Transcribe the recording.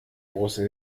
große